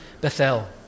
Bethel